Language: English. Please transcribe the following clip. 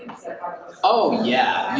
oh, yeah!